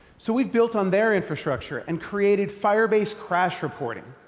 so we've built on their infrastructure and created firebase crash reporting.